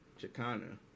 Chicana